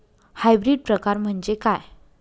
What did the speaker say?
Hybrid प्रकार म्हणजे काय?